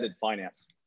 finance